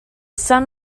sun